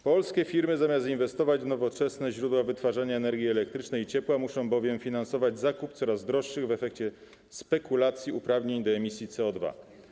Polskie firmy zamiast inwestować w nowoczesne źródła wytwarzania energii elektrycznej i ciepła, muszą bowiem finansować zakup coraz droższych w efekcie spekulacji uprawnień do emisji CO2.